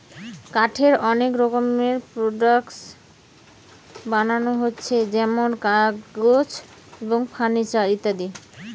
কাঠের অনেক রকমের প্রোডাক্টস বানানা হচ্ছে যেমন কাগজ, ফার্নিচার ইত্যাদি